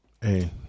Hey